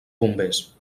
bombers